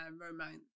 romance